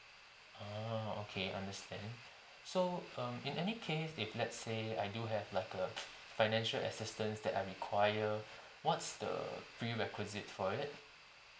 ah okay understand so um in any case if let's say I do have like a financial assistance that I require what's the prerequisite for it